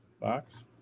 box